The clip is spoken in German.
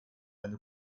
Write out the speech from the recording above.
eine